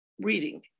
reading